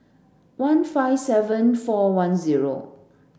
one five seven four one zero